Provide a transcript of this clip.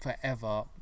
forever